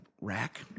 rack